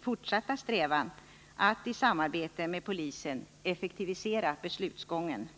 fortsatta strävan att i samarbete med polisen effektiviserå beslutsgången.